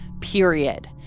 period